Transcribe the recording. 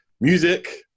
music